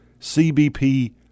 CBP